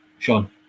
Sean